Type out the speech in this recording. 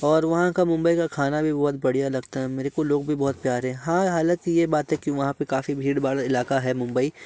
और वहाँ का मुंबई का खाना भी बहुत बढ़िया लगता है मेरे को लोग भी बहोत प्यार है हाँ हालाँकि ये बातें कि वहाँ पर काफ़ी भीड़ में इलाका है मुंबई